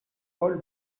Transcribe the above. paul